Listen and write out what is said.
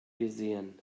gesehen